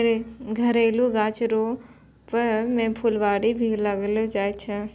घरेलू गाछ रो रुप मे फूलवारी भी लगैलो जाय छै